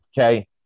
okay